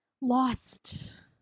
Lost